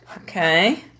Okay